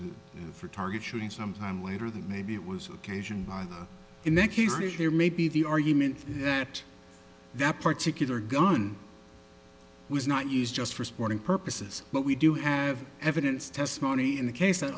and for target shooting some time later that maybe it was occasioned by the inec he's reached there may be the argument yet that particular gun was not used just for sporting purposes but we do have evidence testimony in the case that